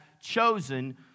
chosen